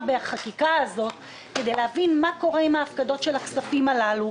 בחקיקה הזו כדי להבין מה קורה עם הפקדת הכספים הללו.